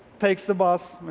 takes the bus,